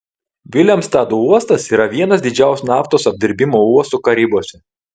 vilemstado uostas yra vienas didžiausių naftos apdirbimo uostų karibuose